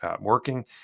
working